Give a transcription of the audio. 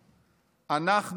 אנחנו נוריד אותו".